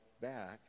back